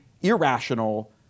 irrational